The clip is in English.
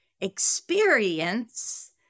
experience